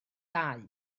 dau